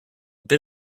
bit